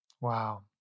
Wow